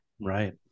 Right